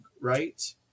right